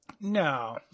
No